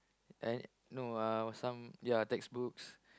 I no uh or some ya textbooks